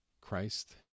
Christ